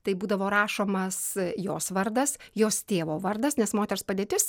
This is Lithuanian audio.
tai būdavo rašomas jos vardas jos tėvo vardas nes moters padėtis